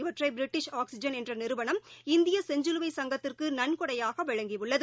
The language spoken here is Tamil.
இவற்றைபிரிட்டிஷ் ஆக்சிஐன் என்றநிறுவனம் இந்தியசெஞ்சிலுவை சங்கத்திற்குநன்கொடையாகவழங்கியுள்ளது